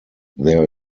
there